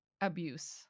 abuse